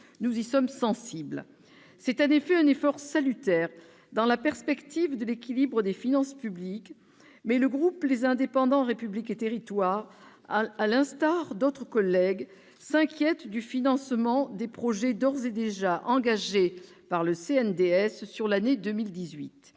Nous y sommes sensibles. C'est en effet un effort salutaire dans la perspective de l'équilibre des finances publiques, mais les membres du groupe Les Indépendants - République et Territoires, à l'instar d'autres collègues, s'inquiètent du financement des projets d'ores et déjà engagés par le CNDS sur l'année 2018.